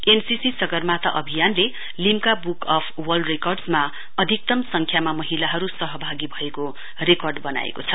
NCC Sagarmatha अभियानले Limca book of world record मा अधिकतम संख्यामा महिलाहरु सहभागी भएको रेकर्ड बनाएको छ